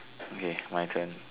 okay my turn